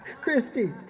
Christy